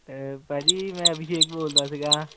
ਭਾਅ ਜੀ ਮੈਂ ਅਭਿਸ਼ੇਕ ਬੋਲਦਾ ਸੀਗਾ